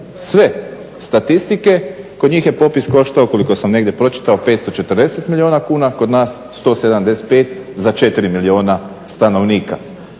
sve statistike. Kod njih je popis koštao koliko sam negdje pročitao 540 milijuna kuna, kod nas 175 za 4 milijuna stanovnika.